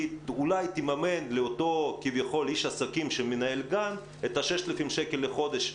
היא אולי תממן לאותו איש עסקים כביכול שמנהל גן את ה-6,000 שקל לחודש.